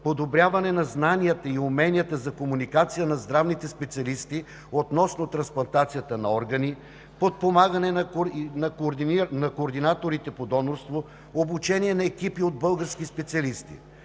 подобряване на знанията и уменията за комуникация на здравните специалисти относно трансплантацията на органи; подпомагане на координаторите по донорство; обучение на екипи от български специалисти.